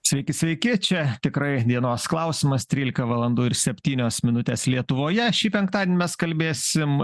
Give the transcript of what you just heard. sveiki sveiki čia tikrai dienos klausimas trylika valandų ir septynios minutės lietuvoje šį penktadienį mes kalbėsim